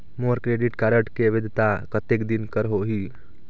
मोर credit card के वैधता कतेक दिन कर होही?